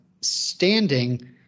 standing